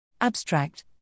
Abstract